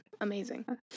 Amazing